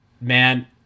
Man